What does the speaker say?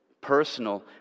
personal